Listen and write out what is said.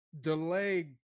delay